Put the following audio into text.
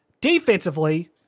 Defensively